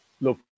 Look